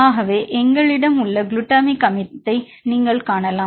ஆகவே எங்களிடம் உள்ள குளுட்டமிக் அமிலத்தை நீங்கள் காணலாம்